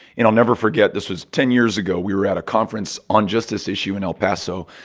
and i'll never forget this was ten years ago. we were at a conference on just this issue in el paso.